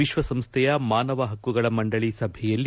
ವಿಶ್ವಸಂಸ್ವೆಯ ಮಾನವ ಹಕ್ಕುಗಳ ಮಂಡಳಿ ಸಭೆಯಲ್ಲಿ